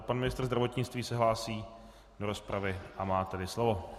Pan ministr zdravotnictví se hlásí do rozpravy, a má tedy slovo.